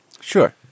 Sure